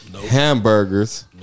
hamburgers